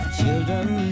Children